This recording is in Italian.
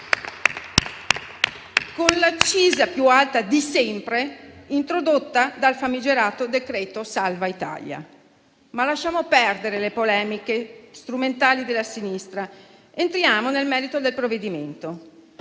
con l'accisa più alta di sempre introdotta dal famigerato decreto salva Italia. Ma lasciamo perdere le polemiche strumentali della sinistra ed entriamo nel merito del provvedimento.